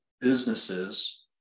businesses